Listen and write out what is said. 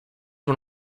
one